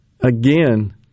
again